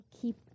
keep